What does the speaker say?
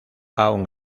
aun